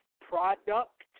product